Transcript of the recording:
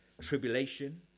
Tribulation